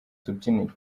tubyiniro